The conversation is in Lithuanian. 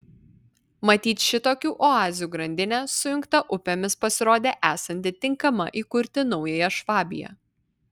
matyt šitokių oazių grandinė sujungta upėmis pasirodė esanti tinkama įkurti naująją švabiją